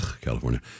California